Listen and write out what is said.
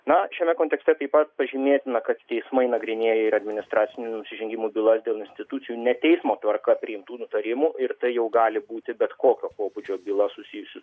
na šiame kontekste taip pat pažymėtina kad teismai nagrinėja ir administracinių nusižengimų bylas dėl institucijų ne teismo tvarka priimtų nutarimų ir tai jau gali būti bet kokio pobūdžio byla susijusi